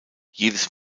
jedes